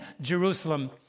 Jerusalem